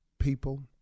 people